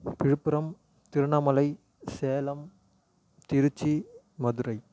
Villupuram Tiruvannamalai Salem Tiruchi Madurai